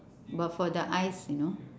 but for the eyes you know